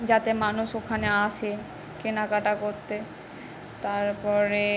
যাতে মানুষ ওখানে আসে কেনাকাটা করতে তারপরে